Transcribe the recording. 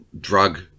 Drug